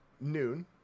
Noon